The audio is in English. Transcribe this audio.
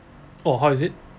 oh how is it